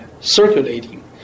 circulating